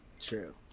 True